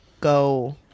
go